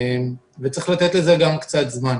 צריך לתת לזה גם קצת זמן.